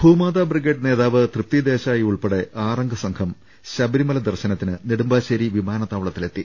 Bhumata brigade നേതാവ് തൃപ്തി ദേശായിയുൾപ്പെടെ ആറംഗ സംഘം ശബരിമല ദർശനത്തിന് നെടുമ്പാശ്ശേരി വിമാനത്താവളത്തിൽ എത്തി